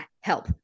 Help